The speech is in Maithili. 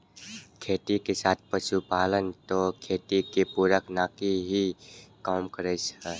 खेती के साथ पशुपालन त खेती के पूरक नाकी हीं काम करै छै